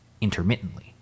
intermittently